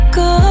go